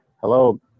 Hello